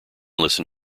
listen